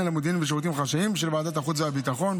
למודיעין ושירותים חשאיים של ועדת החוץ והביטחון.